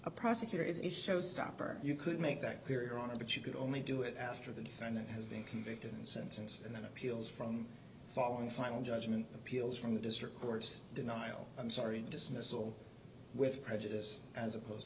a prosecutor is a showstopper you could make that period on it but you could only do it after the defendant has been convicted and sentenced and then appeals from following final judgment appeals from the district court's denial i'm sorry dismissal with prejudice as opposed